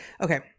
Okay